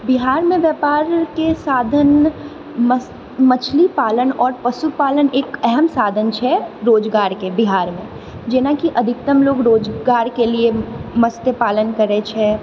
बिहारमे व्यापारके साधन मछली पालन आओर पशुपालन एक अहम साधन छै रोजगारके बिहारमे जेनाकि अधिकतम लोग रोजगारके लिए मस्त्य पालन करैत छै